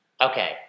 Okay